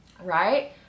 right